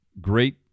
great